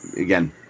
again